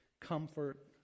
comfort